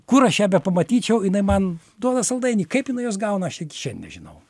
kur aš ją bepamatyčiau jinai man duoda saldainį kaip jinai juos gauna aš iki šian nežinau